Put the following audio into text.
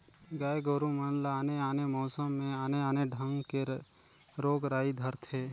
गाय गोरु मन ल आने आने मउसम में आने आने ढंग के रोग राई धरथे